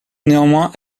néanmoins